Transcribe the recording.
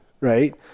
right